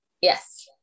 yes